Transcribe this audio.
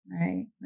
Right